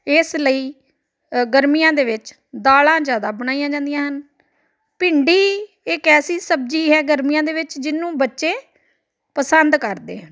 ਇਸ ਲਈ ਅ ਗਰਮੀਆਂ ਦੇ ਵਿੱਚ ਦਾਲਾਂ ਜ਼ਿਆਦਾ ਬਣਾਈਆਂ ਜਾਂਦੀਆਂ ਹਨ ਭਿੰਡੀ ਇੱਕ ਐਸੀ ਸਬਜ਼ੀ ਹੈ ਗਰਮੀਆਂ ਦੇ ਵਿੱਚ ਜਿਹਨੂੰ ਬੱਚੇ ਪਸੰਦ ਕਰਦੇ ਹਨ